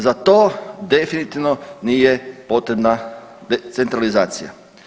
Za to definitivno nije potrebna centralizacija.